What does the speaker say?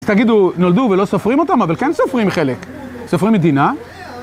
תגידו, נולדו ולא סופרים אותם? אבל כן סופרים חלק, סופרים מדינה.